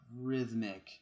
rhythmic